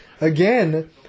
Again